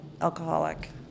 alcoholic